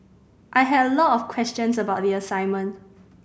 I had a lot of questions about the assignment